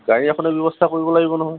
গাড়ী এখনৰ ব্যৱস্থা কৰিব লাগিব নহয়